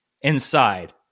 inside